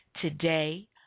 today